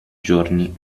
giorni